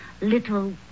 little